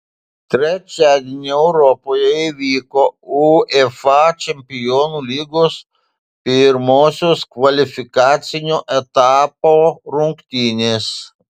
trečiadienį europoje įvyko uefa čempionų lygos pirmosios kvalifikacinio etapo rungtynės